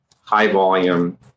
high-volume